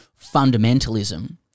fundamentalism